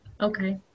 Okay